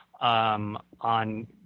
on